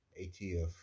ATF